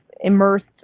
immersed